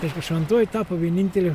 reiškia šventoji tapo vieninteliu